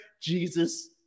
Jesus